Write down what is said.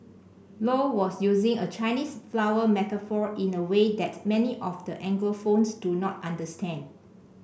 low was using a Chinese flower metaphor in a way that many of the Anglophones do not understand